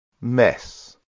mess